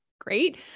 great